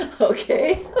okay